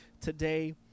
today